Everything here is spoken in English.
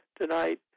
Tonight